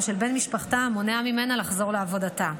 של בן משפחתה המונע ממנה לחזור לעבודה.